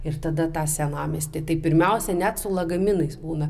ir tada tą senamiestį tai pirmiausia net su lagaminais būna